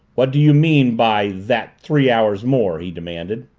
what did you mean by that three hours more? he demanded.